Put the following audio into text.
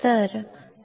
तर पाहूया